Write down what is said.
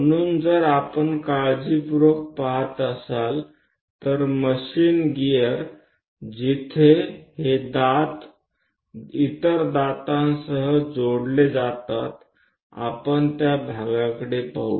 म्हणून जर आपण काळजीपूर्वक पहात असाल तर मशीन गीअर जिथे हे दात इतर दातांसह जोडले जातात आपण त्या भागाकडे पाहू